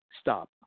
stop